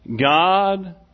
God